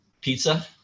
pizza